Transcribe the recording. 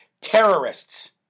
terrorists